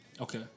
Okay